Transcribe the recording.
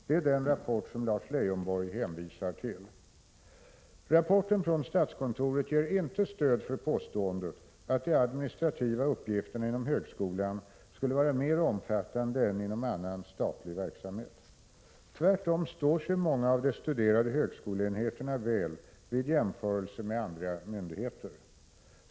Det är den rapport som Lars Leijonborg hänvisar till. Rapporten från statskontoret ger inte stöd för påståendet att de administrativa uppgifterna inom högskolan skulle vara mer omfattande än inom annan statlig verksamhet. Tvärtom står sig många av de studerade högskoleenheterna väl vid jämförelse med andra myndigheter.